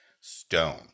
stone